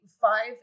five